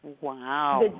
Wow